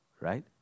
right